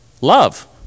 Love